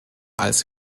als